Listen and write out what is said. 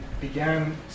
began